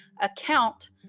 account